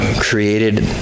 created